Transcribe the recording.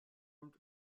formed